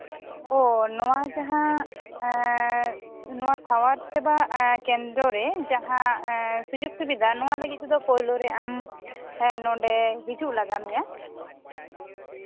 ᱚ ᱱᱚᱣᱟ ᱡᱟᱦᱟᱸ ᱮᱸᱜ ᱱᱚᱣᱟ ᱥᱟᱶᱟᱨ ᱥᱮᱵᱟ ᱠᱮᱱᱫᱨᱚ ᱨᱮ ᱮᱸᱜ ᱡᱟᱦᱟᱸ ᱥᱩᱡᱳᱜᱽ ᱥᱩᱵᱤᱫᱟ ᱱᱚᱣᱟ ᱞᱟᱹᱜᱤᱫ ᱛᱮᱜᱚ ᱯᱳᱭᱞᱳ ᱟᱢ ᱮᱸᱜ ᱱᱚᱸᱰᱮ ᱦᱤᱡᱩᱜ ᱞᱟᱜᱟᱣ ᱢᱮᱭᱟ